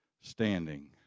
standing